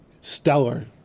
stellar